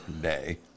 Day